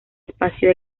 espacio